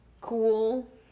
cool